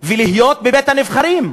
ולהיות בבית-הנבחרים.